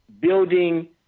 building